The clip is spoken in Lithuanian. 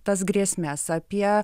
tas grėsmes apie